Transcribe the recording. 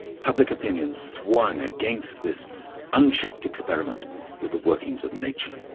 public opinion swung against this unchecked experiment with the workings of nature.